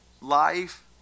life